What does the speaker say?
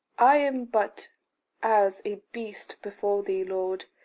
i am but as a beast before thee, lord.